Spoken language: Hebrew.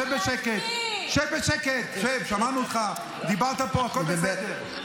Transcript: שב בשקט, שב בשקט.